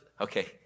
okay